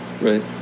Right